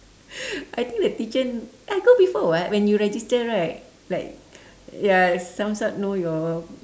I think the teacher I go before [what] when you register right like ya sounds like know your